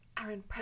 Aaron